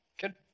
Good